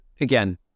again